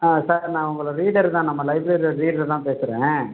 ஆ sir நான் உங்களோடய reader தான் நம்ம லைப்ரரியோடய ரீட்ரு தான் பேசுகிறேன்